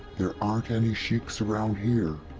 there aren't any sheiks around here.